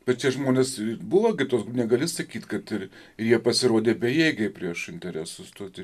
bet tie žmonės buvo gi tu negali sakyt kad jie pasirodė bejėgiai prieš interesus tai čia